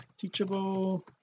teachable